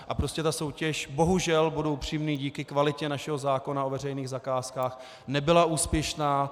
A prostě ta soutěž, bohužel, budu upřímný, díky kvalitě našeho zákona o veřejných zakázkách nebyla úspěšná.